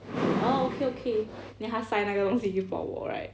orh okay okay then 他 sign 那个东西就 p~ 我 right